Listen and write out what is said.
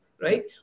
right